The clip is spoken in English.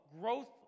growth